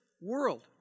world